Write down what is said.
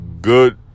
good